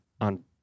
on